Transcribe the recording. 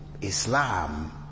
Islam